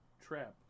trap